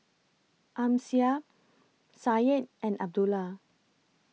Amsyar Syed and Abdullah